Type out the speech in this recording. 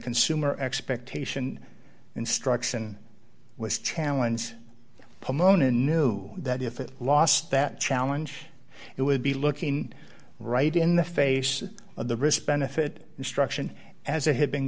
consumer expectation instruction was chalons pomona knew that if it lost that challenge it would be looking right in the face of the wrist benefit instruction as it had been